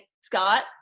Scott